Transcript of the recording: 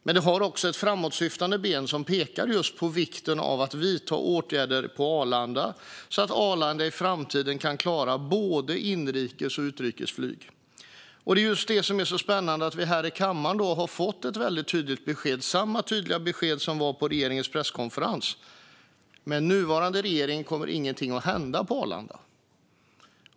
Men det har också ett framåtsyftande ben, där det pekas just på vikten av att vidta åtgärder på Arlanda så att Arlanda i framtiden kan klara både inrikes och utrikesflyg. Det som är så spännande är att vi här i kammaren har fått ett väldigt tydligt besked - samma tydliga besked som gavs på regeringens presskonferens: Med nuvarande regering kommer ingenting att hända på Arlanda.